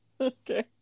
Okay